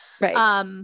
Right